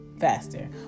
Faster